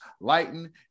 lighten